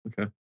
Okay